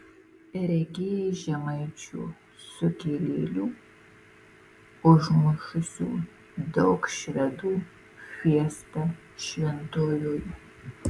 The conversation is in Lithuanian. regėjai žemaičių sukilėlių užmušusių daug švedų fiestą šventojoje